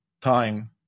time